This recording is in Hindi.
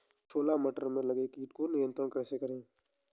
छोला मटर में लगे कीट को नियंत्रण कैसे करें?